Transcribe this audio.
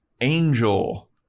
Angel